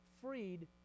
freed